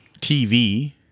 TV